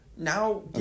now